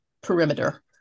perimeter